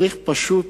צריך פשוט